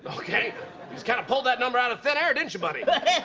okay, you just kind of pulled that number out of thin air, didn't you, buddy?